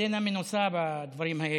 ירדנה מנוסה בדברים האלה,